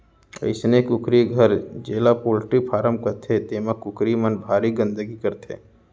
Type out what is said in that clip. अइसने कुकरी घर जेला पोल्टी फारम कथें तेमा कुकरी मन भारी गंदगी करथे